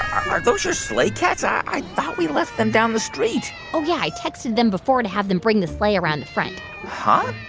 are those your sleigh cats? um i thought we left them down the street oh, yeah. i texted them before to have them bring the sleigh around the front huh?